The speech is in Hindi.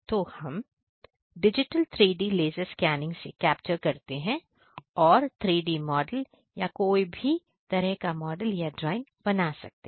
तो हम डिजिटल 3D लेजर स्कैनिंग को कैप्चर करते हैं और 3D मॉडल या कोई भी तरह का मॉडल या ड्राइंग को बना सकते हैं